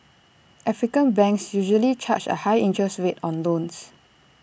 African banks usually charge A high interest rate on loans